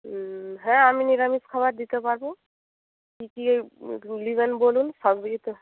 হ্যাঁ আমি নিরামিষ খাবার দিতে পারব কী কী এই নেবেন বলুন সবগুলি তো